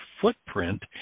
footprint